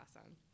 awesome